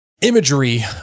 imagery